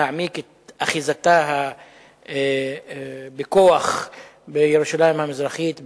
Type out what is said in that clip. להעמיק את אחיזתה בכוח בירושלים המזרחית,